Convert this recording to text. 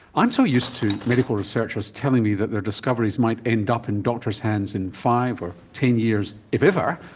i'm so used to medical researchers telling me that their discoveries might end up in doctors' hands in five or ten years, if ever,